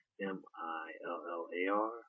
M-I-L-L-A-R